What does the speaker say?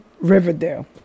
Riverdale